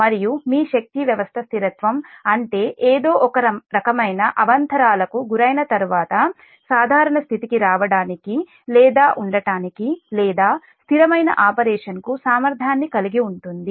మరియు మీ శక్తి వ్యవస్థ స్థిరత్వం అంటే ఏదో ఒక రకమైన అవాంతరాలకు గురైన తర్వాత సాధారణ స్థితికి రావడానికి లేదా ఉండటానికి లేదా స్థిరమైన ఆపరేషన్కు సామర్థ్యాన్ని కలిగి ఉంటుంది